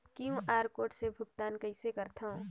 QR code से भुगतान कइसे करथव?